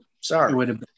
Sorry